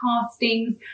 castings